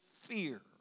fear